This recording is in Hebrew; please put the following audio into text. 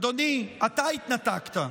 אדוני, אתה התנתקת.